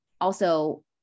also-